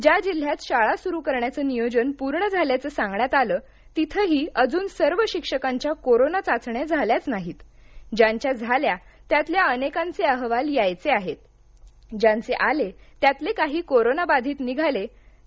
ज्या जिल्ह्यात शाळा सुरू करण्याचं नियोजन पूर्ण झाल्याचं सांगण्यात आलं तिथेही अजून सर्व शिक्षकांच्या कोरोना चाचण्या झाल्याच नाहीत ज्यांच्या झाल्या त्यातल्या अनेकांचे अहवाल यायचे आहेत ज्यांचे आले त्यातले काही कोरोना बाधित निघाले आहेत